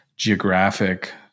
geographic